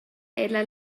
ella